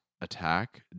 attack